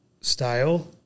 style